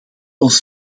ons